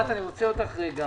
הישיבה נעולה.